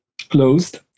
closed